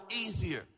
easier